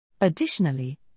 Additionally